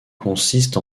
consiste